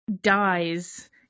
Dies